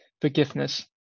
forgiveness